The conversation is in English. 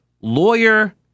lawyer